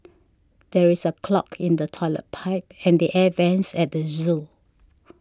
there is a clog in the Toilet Pipe and the Air Vents at the zoo